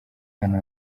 ahantu